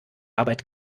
arbeit